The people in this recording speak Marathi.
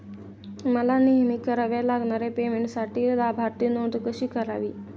मला नेहमी कराव्या लागणाऱ्या पेमेंटसाठी लाभार्थी नोंद कशी करावी?